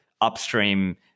upstream